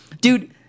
Dude